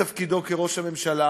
להתפטר מתפקידו כראש הממשלה.